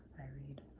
i read